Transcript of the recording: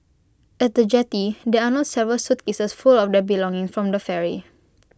at the jetty they unload several suitcases full of their belongings from the ferry